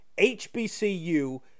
HBCU